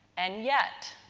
and yet,